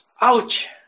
ouch